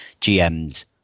GM's